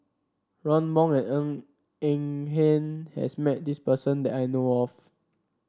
Ron Wong and Ng Eng Hen has met this person that I know of